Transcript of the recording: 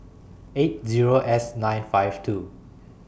eight Zero S nine five two